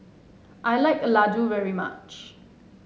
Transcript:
I like Laddu very much